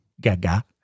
Gaga